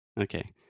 Okay